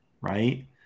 right